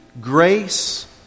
grace